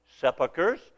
sepulchers